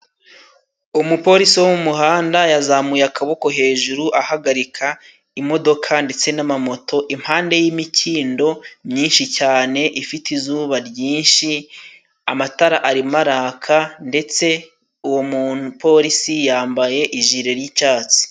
Umupolisi wo mu muhanda yazamuye akaboko hejuru ahagarika imodoka ndetse n'amamoto, impande y'imikindo myinshi cyane ifite izuba ryinshi, amatara arimo araka ndetse uwo mupolisi yambaye ijire y'icatsi.